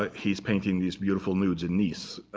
ah he's painting these beautiful nudes in nice.